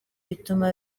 bituma